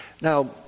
Now